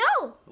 No